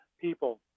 people